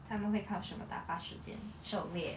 他们会靠什么打发时间狩猎